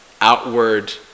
outward